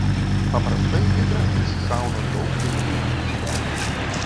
paprastai hidra iššauna daug dilgiųjų ląstelių